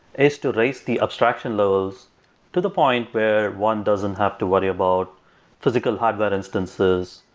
is to raise the abstraction levels to the point where one doesn't have to worry about physical hardware instances,